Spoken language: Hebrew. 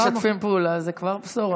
משתפים פעולה, זה כבר בשורה.